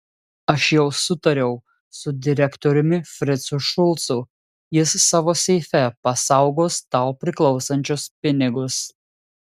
aš jau sutariau su direktoriumi fricu šulcu jis savo seife pasaugos tau priklausančius pinigus